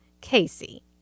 Casey